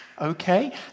Okay